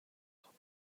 خوب